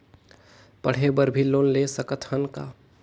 पढ़े बर भी लोन ले सकत हन का?